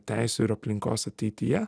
teisių ir aplinkos ateityje